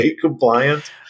compliant